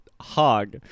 hog